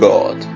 God